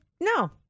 no